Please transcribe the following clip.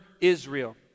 Israel